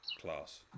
class